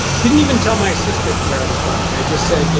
didn't even tell my assistant where i was going. i just said,